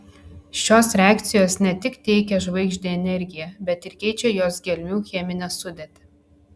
šios reakcijos ne tik teikia žvaigždei energiją bet ir keičia jos gelmių cheminę sudėtį